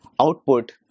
output